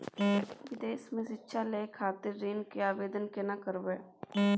विदेश से शिक्षा लय खातिर ऋण के आवदेन केना करबे?